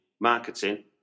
marketing